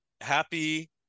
happy